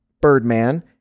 Birdman